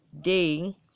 day